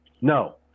No